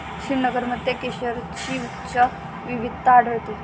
श्रीनगरमध्ये केशरची उच्च विविधता आढळते